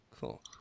Cool